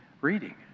reading